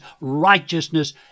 righteousness